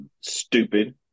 stupid